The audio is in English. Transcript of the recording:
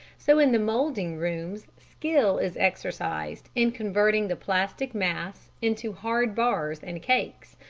so in the moulding rooms skill is exercised in converting the plastic mass into hard bars and cakes,